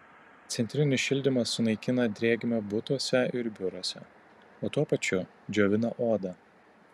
centrinis šildymas sunaikina drėgmę butuose ir biuruose o tuo pačiu džiovina odą